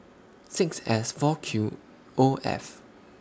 six S four Q O F